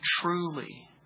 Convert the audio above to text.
truly